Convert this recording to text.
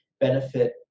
benefit